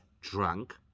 drunk